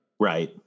Right